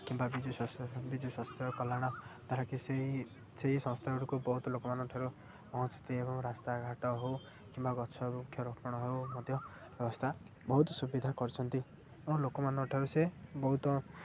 କିମ୍ବା ବିଜୁ ସ୍ୱାସ୍ଥ୍ୟ କଲ୍ୟାଣ ତା'ର କି ସେଇ ସେଇ ସଂସ୍ଥା ଗୁଡ଼ିକୁ ବହୁତ ଲୋକମାନଙ୍କ ଠାରୁ ପହଞ୍ଚନ୍ତି ଏବଂ ରାସ୍ତାଘାଟ ହଉ କିମ୍ବା ଗଛ ବୃକ୍ଷରୋପଣ ହଉ ମଧ୍ୟ ବ୍ୟବସ୍ଥା ବହୁତ ସୁବିଧା କରିଛନ୍ତି ଏବଂ ଲୋକମାନଙ୍କଠାରୁ ସେ ବହୁତ